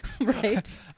Right